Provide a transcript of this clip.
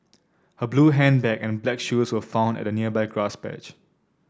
her blue handbag and black shoes were found at a nearby grass patch